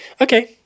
okay